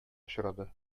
очрады